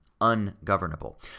ungovernable